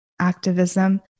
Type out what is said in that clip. activism